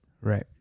Right